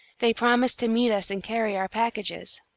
they promised to meet us and carry our packages.